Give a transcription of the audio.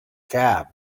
cab